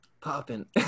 popping